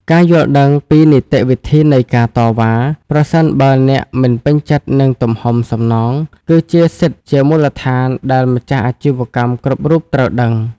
ការយល់ដឹងពី នីតិវិធីនៃការតវ៉ា ប្រសិនបើអ្នកមិនពេញចិត្តនឹងទំហំសំណង គឺជាសិទ្ធិជាមូលដ្ឋានដែលម្ចាស់អាជីវកម្មគ្រប់រូបត្រូវដឹង។